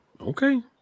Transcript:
Okay